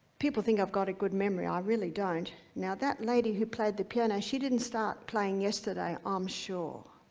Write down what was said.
people think i've got a good memory, i really don't. now, that lady who played the piano she didn't start playing yesterday i'm um sure,